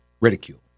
ridicule